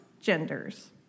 genders